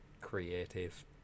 creative